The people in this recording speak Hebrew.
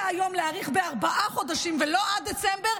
היום להאריך בארבעה חודשים ולא עד דצמבר,